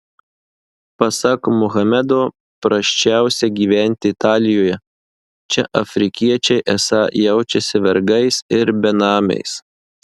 pasak muhamedo prasčiausia gyventi italijoje čia afrikiečiai esą jaučiasi vergais ir benamiais